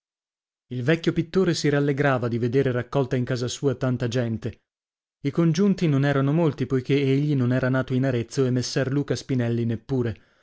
il vecchio pittore si rallegrava di vedere raccolta in casa sua tanta gente i congiunti non erano molti poichè egli non era nato in arezzo e messer luca spinelli neppure